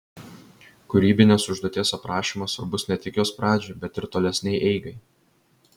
kūrybinės užduoties aprašymas svarbus ne tik jos pradžiai bet ir tolesnei eigai